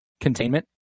containment